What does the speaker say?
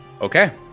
Okay